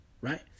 Right